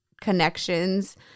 connections